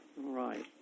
Right